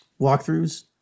walkthroughs